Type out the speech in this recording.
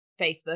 Facebook